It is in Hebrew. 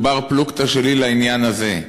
הוא בר-פלוגתא שלי לעניין הזה,